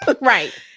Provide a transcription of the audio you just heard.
right